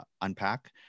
unpack